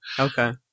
Okay